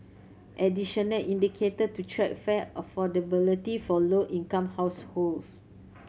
additional indicator to track fare affordability for low income households